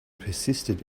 persisted